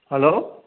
hello